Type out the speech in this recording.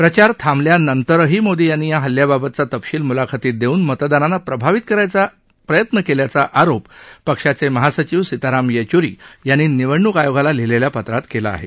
प्रचार थांबल्यानंतरही मोदी यांनी या हल्ल्याबाबतचा तपशील मुलाखतीत देऊन मतदारांना प्रभावित करायचा प्रयत्न केल्याचा आरोप पक्षाचे महासचिव सीताराम येचुरी यांनी निवडणूक आयोगाला लिहिलेल्या पत्रात केला आहे